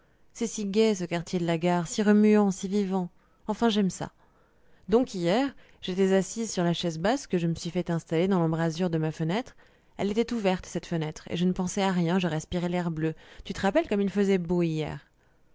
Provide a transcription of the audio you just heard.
si gai ce quartier de la gare si remuant si vivant enfin j'aime ça donc hier j'étais assise sur la chaise basse que je me suis fait installer dans l'embrasure de ma fenêtre elle était ouverte cette fenêtre et je ne pensais à rien je respirais l'air bleu tu te rappelles comme il faisait beau hier